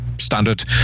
standard